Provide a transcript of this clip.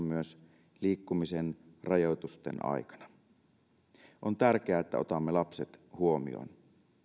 myös liikkumisen rajoitusten aikana on tärkeää että otamme lapset huomioon